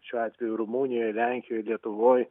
šiuo atveju rumunijoje lenkijoje lietuvoj